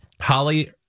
Holly